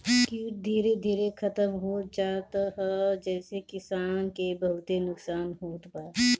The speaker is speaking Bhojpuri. कीट धीरे धीरे खतम होत जात ह जेसे किसान के बहुते नुकसान होत बा